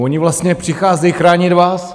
Oni vlastně přicházejí chránit vás.